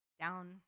down